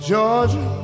Georgia